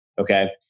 okay